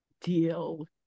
deal